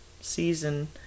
season